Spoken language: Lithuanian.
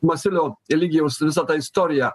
masiulio eligijaus visą tą istoriją